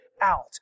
out